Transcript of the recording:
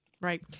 Right